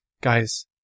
Guys